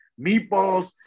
meatballs